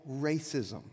racism